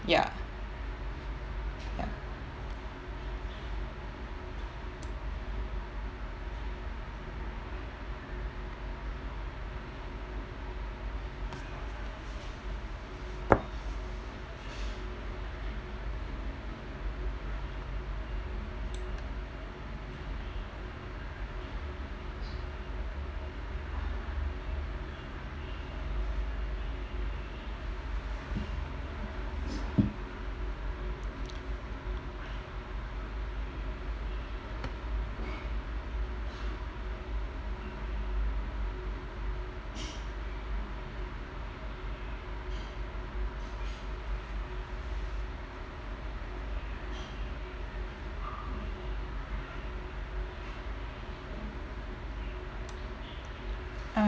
ya ya uh